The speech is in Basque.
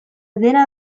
dena